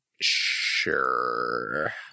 Sure